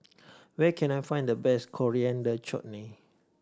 where can I find the best Coriander Chutney